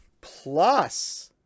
Plus